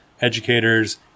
educators